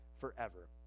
forever